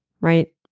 right